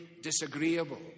disagreeable